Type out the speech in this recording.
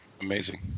Amazing